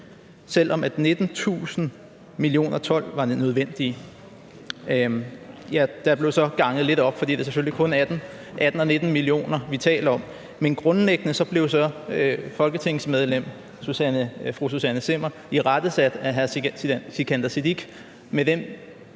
selv om 19.000 mio. t var det nødvendige. Der blev så ganget lidt op, fordi det selvfølgelig kun er 18 og 19 mio. t, vi taler om. Men grundlæggende blev folketingsmedlem fru Susanne Zimmer irettesat af hr. Sikandar Siddique